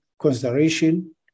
consideration